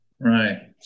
Right